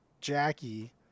Jackie